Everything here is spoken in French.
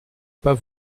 pas